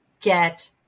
get